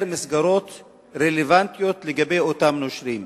מסגרות רלוונטיות לגבי אותם נושרים.